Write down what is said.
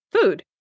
food